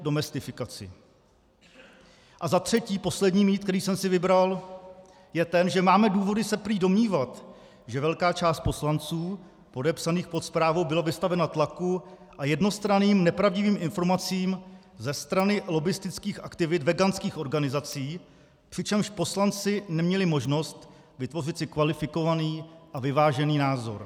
Za třetí: Poslední mýtus, který jsem si vybral, je ten, že máme důvody se prý domnívat, že velká část poslanců podepsaných pod zprávou byla vystavena tlaku a jednostranným nepravdivým informacím ze strany lobbistických aktivit veganských organizací, přičemž poslanci neměli možnost vytvořit si kvalifikovaný a vyvážený názor.